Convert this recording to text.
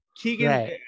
Keegan